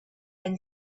and